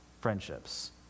friendships